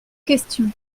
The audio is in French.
question